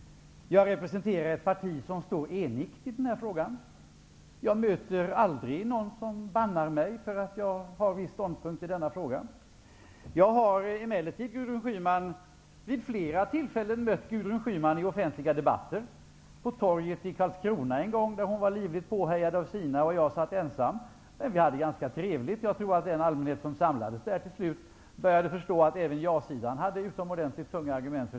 Jag representerar ett parti som står enigt i den här frågan. Jag möter aldrig någon som bannar mig för att jag tar en viss ståndpunkt i denna fråga. Jag har emellertid vid flera tillfällen mött Gudrun Karlskrona där hon var livligt påhejad av de sina och jag satt ensam. Men vi hade ganska trevligt, och jag tror att den allmänhet som samlades där till slut började förstå att även ja-sidan hade utomordentligt tunga argument.